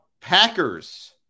Packers